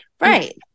Right